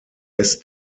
ist